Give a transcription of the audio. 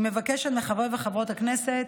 היא מבקשת מחברי וחברות הכנסת,